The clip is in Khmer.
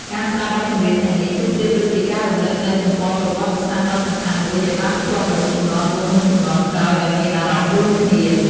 ការស្តាប់បទចម្រៀងទាំងនេះ គឺប្រៀបដូចជាការរំឭកនូវទំព័រប្រវត្តិសាស្ត្រដ៏សំខាន់មួយ ដែលបានភ្ជាប់មនុស្សជំនាន់មុន និងជំនាន់ក្រោយឲ្យមានអារម្មណ៍រួមគ្នា។